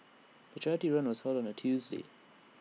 the charity run was held on A Tuesday